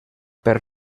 per